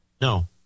No